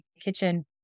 kitchen